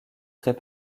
très